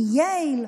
מייל,